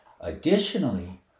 Additionally